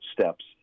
steps